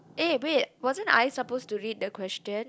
eh wait wasn't I supposed to read the question